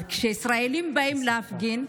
אבל כשישראלים באים להפגין,